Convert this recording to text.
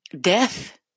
death